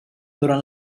durant